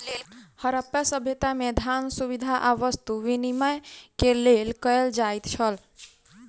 हरप्पा सभ्यता में, धान, सुविधा आ वस्तु विनिमय के लेल कयल जाइत छल